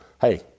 Hey